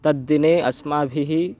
तद्दिने अस्माभिः